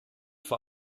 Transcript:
vor